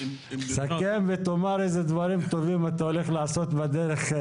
תסכם ותאמר איזה דברים טובים אתה הולך לעשות בדרך.